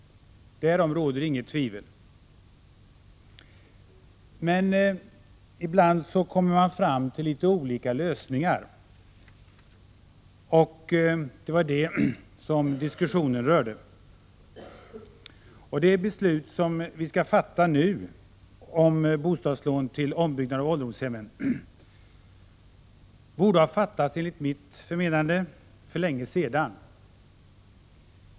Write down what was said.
Därom råder inget tvivel. Men ibland kommer vi fram till olika lösningar, och det var dem diskussionen i utskottet rörde sig om. Det beslut om bostadslån till ombyggnad av ålderdomshemmen som vi nu skall fatta borde enligt mitt förmenande ha fattats för länge sedan.